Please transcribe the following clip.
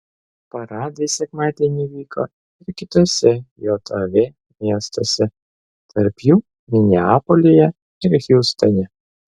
paradai sekmadienį vyko ir kituose jav miestuose tarp jų mineapolyje ir hjustone